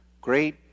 great